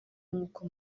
nk’uko